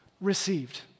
received